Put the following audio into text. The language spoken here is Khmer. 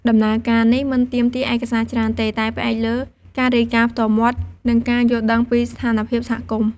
ដំណើរការនេះ មិនទាមទារឯកសារច្រើនទេ តែផ្អែកលើការរាយការណ៍ផ្ទាល់មាត់ និងការយល់ដឹងពីស្ថានភាពសហគមន៍។